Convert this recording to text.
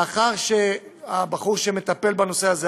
לאחר שהבחור שמטפל בנושא הזה,